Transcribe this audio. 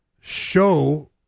show